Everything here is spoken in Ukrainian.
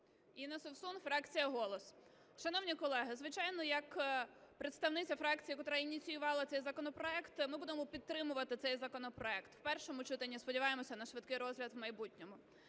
Інна Совсун, фракція "Голос". Шановні колеги, звичайно, як представниця фракції, котра ініціювала цей законопроект, …ми будемо підтримувати цей законопроект в першому читанні. Сподіваємося на швидкий розгляд у майбутньому.